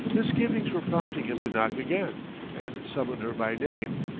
misgivings were prompting him to knock again and summon her by name,